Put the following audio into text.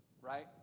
right